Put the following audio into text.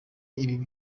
ibibi